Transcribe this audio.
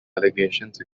allegations